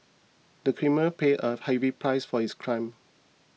the criminal paid a heavy price for his crime